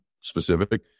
specific